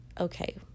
okay